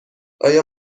آیا